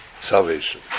salvation